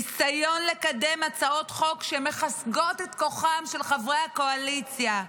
ניסיון לקדם הצעות חוק שמחזקות את כוחם של חברי הקואליציה,